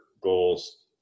goals